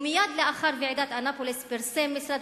ומייד לאחר ועידת אנאפוליס פרסם משרד